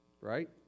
Right